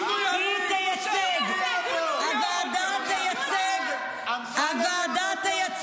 כמו סטייק --- ועדת חקירה ------ חברת הכנסת מירב בן ארי.